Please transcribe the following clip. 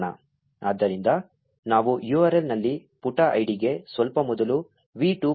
ಆದ್ದರಿಂದ ನಾವು URL ನಲ್ಲಿ ಪುಟ ಐಡಿಗೆ ಸ್ವಲ್ಪ ಮೊದಲು v 2